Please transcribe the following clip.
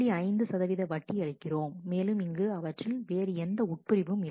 5 சதவிகித வட்டி அளிக்கிறோம் மேலும் இங்கு அவற்றில் வேறு எந்தப் உட்பிரிவும் இல்லை